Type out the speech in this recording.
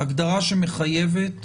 הגדרה שמחייבת,